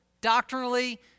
doctrinally